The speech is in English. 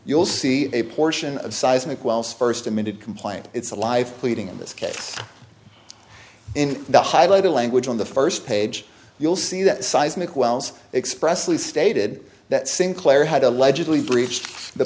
will see a portion of seismic wells first amended complaint it's a life pleading in this case in the highlighted language on the first page you'll see that seismic wells expressly stated that sinclair had allegedly breached the